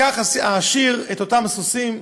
לקח העשיר את אותם סוסים,